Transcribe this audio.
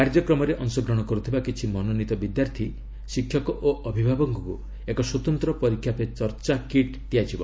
କାର୍ଯ୍ୟକ୍ରମରେ ଅଂଶଗ୍ରହଣ କରୁଥିବା କିଛି ମନୋନୀତ ବିଦ୍ୟାର୍ଥୀ ଶିକ୍ଷକ ଓ ଅଭିଭାବକ ଙ୍କୁ ଏକ ସ୍ୱତନ୍ତ୍ର 'ପରୀକ୍ଷା ପେ ଚର୍ଚ୍ଚା' କିଟ୍ ଦିଆଯିବ